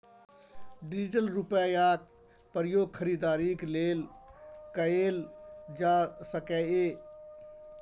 digital रुपैयाक प्रयोग खरीदारीक लेल कएल जा सकैए